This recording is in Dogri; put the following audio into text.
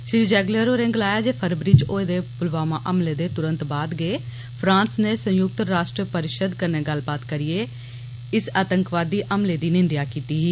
श्री जैगलर होरे गलाया जे फरबरी च होयें दे पुलवामा हमले दे बाद फ्रांस नै संयुक्त राश्ट्र परिशद कन्नै गल्ल बात करिए इस आंतकवादी हमले दी निंदेया कीत्ती ही